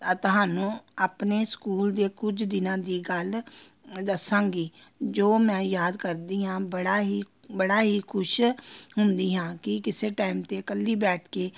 ਤੁਹਾਨੂੰ ਆਪਣੇ ਸਕੂਲ ਦੇ ਕੁਝ ਦਿਨਾਂ ਦੀ ਗੱਲ ਦੱਸਾਂਗੀ ਜੋ ਮੈਂ ਯਾਦ ਕਰਦੀ ਹਾਂ ਬੜਾ ਹੀ ਬੜਾ ਹੀ ਖੁਸ਼ ਹੁੰਦੀ ਹਾਂ ਕਿ ਕਿਸੇ ਟਾਈਮ 'ਤੇ ਇਕੱਲੀ ਬੈਠ ਕੇ